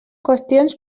qüestions